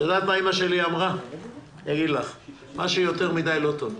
אימא שלי אמרה שמה שיותר מדי, לא טוב.